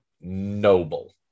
noble